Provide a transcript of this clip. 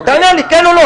תענה לי כן או לא?